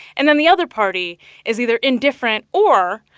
and then the other party is either indifferent or,